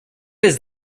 his